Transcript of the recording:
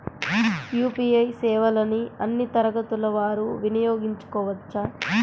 UPI సేవలని అన్నీ తరగతుల వారు వినయోగించుకోవచ్చా?